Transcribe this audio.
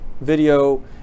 video